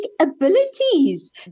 abilities